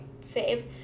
save